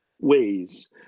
ways